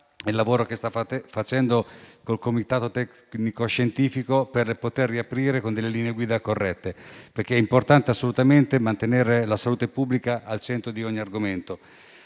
il lavoro che sta facendo con il comitato tecnico-scientifico per poter riaprire con delle linee guida corrette, perché è assolutamente importante mantenere la salute pubblica al centro di ogni dibattito.